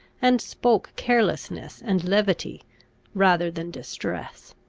and spoke carelessness and levity rather than distress.